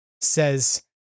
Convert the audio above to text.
says